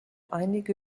einige